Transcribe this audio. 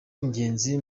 ingenzi